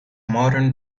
modern